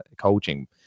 coaching